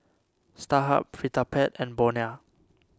Starhub Vitapet and Bonia